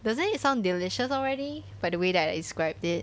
doesn't it sound delicious already by the way that I described it